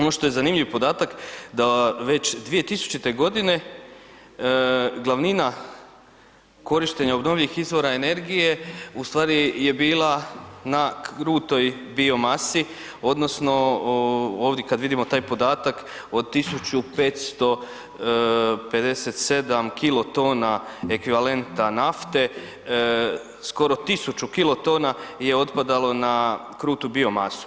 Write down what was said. Ono što je zanimljiv podatak da već 2000. godine glavnina korištenja novih izvora energije u stvari je bila na krutoj biomasi odnosno ovdje kad vidimo taj podatak od 1557 kilotona ekvivalenta nafte, skoro 1.000 kilotona je otpadalo na krutu biomasu.